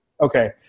Okay